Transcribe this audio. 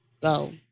go